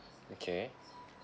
okay